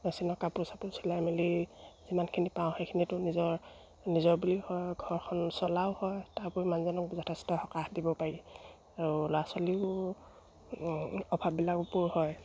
মেচিনত কাপোৰ চাপোৰ চিলাই মেলি যিমানখিনি পাওঁ সেইখিনিতো নিজৰ নিজৰ বুলি হয় ঘৰখন চলাও হয় তাৰ উপৰি মানুহজনক যথেষ্ট সকাহ দিব পাৰি আৰু ল'ৰা ছোৱালীও অভাৱবিলাক পূৰ হয়